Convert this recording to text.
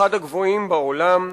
אחד הגבוהים בעולם.